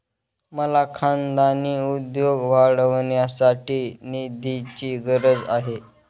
मला खानदानी उद्योग वाढवण्यासाठी निधीची गरज आहे